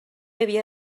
havia